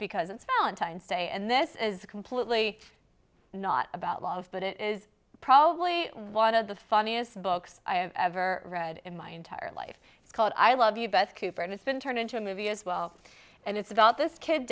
day and this is completely not about love but it is probably one of the funniest books i ever read in my entire life it's called i love you best cooper and it's been turned into a movie as well and it's about this kid